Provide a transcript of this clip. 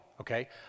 okay